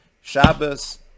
Shabbos